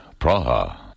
Praha